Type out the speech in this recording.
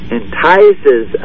entices